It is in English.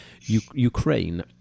Ukraine